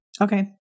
Okay